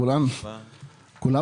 יותר לעובדים שלנו ברמת הגולן ובפריפריה.